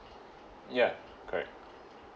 ya correct